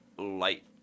light